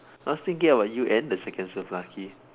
I was thinking about you and the seconds of lucky